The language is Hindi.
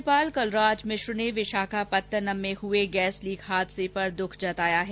राज्यपाल कलराज मिश्र ने विशाखापत्तनम में हुए गैस लीक हादसे पर दुख जताया है